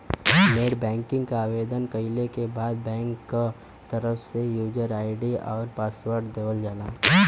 net banking क आवेदन कइले के बाद बैंक क तरफ से यूजर आई.डी आउर पासवर्ड देवल जाला